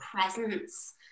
presence